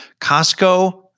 Costco